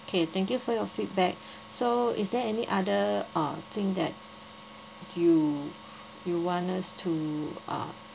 okay thank you for your feedback so is there any other uh thing that you you want us to uh